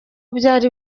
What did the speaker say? byari